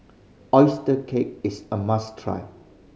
oyster cake is a must try